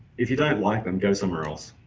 if you don't like them, go somewhere else.